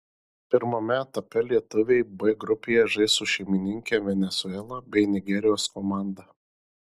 pirmame etape lietuviai b grupėje žais su šeimininke venesuela bei nigerijos komanda